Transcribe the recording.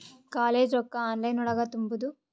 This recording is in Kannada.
ಕಾಲೇಜ್ ರೊಕ್ಕ ಆನ್ಲೈನ್ ಒಳಗ ತುಂಬುದು?